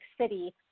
city